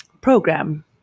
program